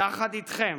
יחד איתכם